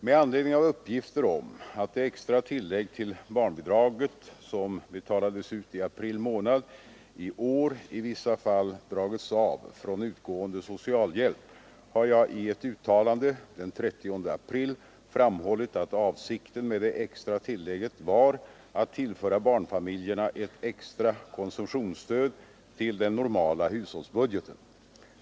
Med anledning av uppgifter om att det extra tillägg till barnbidraget som betalades ut i april månad i år i vissa fall dragits av från utgående socialhjälp har jag i ett uttalande den 30 april framhållit att avsikten med det extra tillägget var att tillföra barnfamiljerna ett extra konsumtionsstöd till den normala hushållsbudgeten.